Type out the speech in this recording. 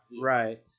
Right